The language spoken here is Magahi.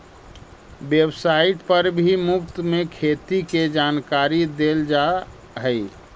वेबसाइट पर भी मुफ्त में खेती के जानकारी देल जा हई